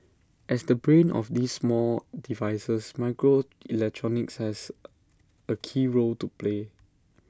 as the brain of these small devices microelectronics has A key role to play